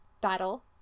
battle